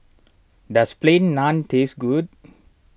does Plain Naan taste good